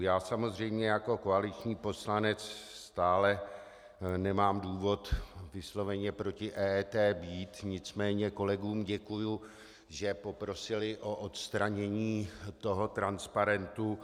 Já samozřejmě jako koaliční poslanec stále nemám důvod vysloveně proti EET být, nicméně kolegům děkuji, že poprosili o odstranění toho transparentu.